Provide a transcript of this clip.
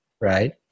right